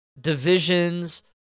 divisions